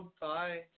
Bye